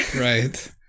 Right